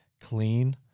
clean